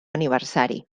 aniversari